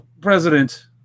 president